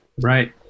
Right